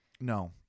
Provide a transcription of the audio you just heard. no